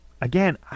Again